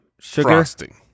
frosting